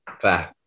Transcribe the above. Fair